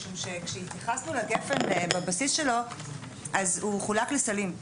משום שכשהתייחסנו לגפ"ן בבסיס שלו הוא חולק לסלים.